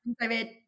David